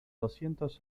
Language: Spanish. doscientos